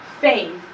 faith